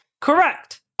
Correct